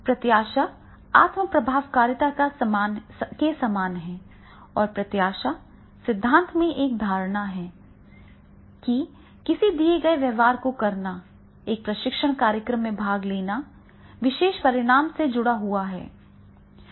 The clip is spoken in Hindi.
प्रत्याशा आत्म प्रभावकारिता के समान है और प्रत्याशा सिद्धांत में एक धारणा है कि किसी दिए गए व्यवहार को करना एक प्रशिक्षण कार्यक्रम में भाग लेना विशेष परिणाम से जुड़ा हुआ है